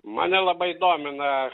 mane labai domina